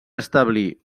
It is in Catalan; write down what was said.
establir